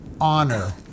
honor